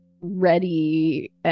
ready